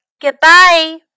Goodbye